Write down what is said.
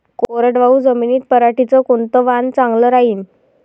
कोरडवाहू जमीनीत पऱ्हाटीचं कोनतं वान चांगलं रायीन?